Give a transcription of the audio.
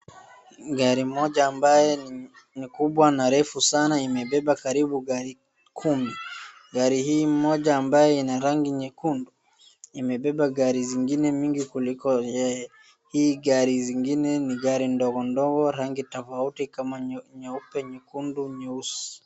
Gari moja ambayo ni kubwa na refu sana imebeba karibu gari kumi, gari hii moja ambayo ina rangi nyekundu imebeba gari zingine nyingi kuliko yeye, hii gari zingine ni gari ndogo ndogo rangi tofauti kama nyeupe, nyekundu, nyeusi.